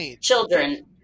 children